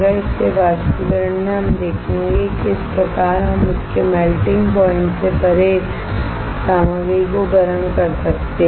इसलिए वाष्पीकरण में हम देखेंगे कि किस प्रकार हम उसके मेल्टिंग पॉइंट से परे सामग्री को गर्म कर सकते हैं